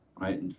right